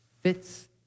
fits